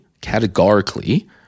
categorically